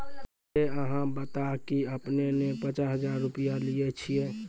ते अहाँ बता की आपने ने पचास हजार रु लिए छिए?